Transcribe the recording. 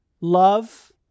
love